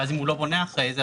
ואז אם הוא לא בונה אחרי זה,